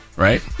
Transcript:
right